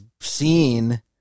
seen